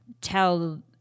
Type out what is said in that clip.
tell